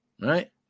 right